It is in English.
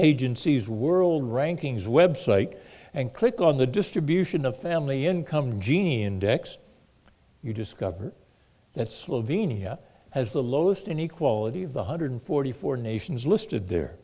agencies world rankings web site and click on the distribution of family income gene decks you discover that slovenia has the lowest inequality the hundred forty four nations listed there